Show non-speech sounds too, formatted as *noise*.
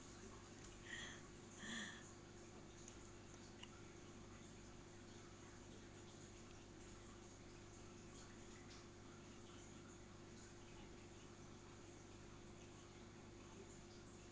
*breath*